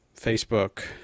Facebook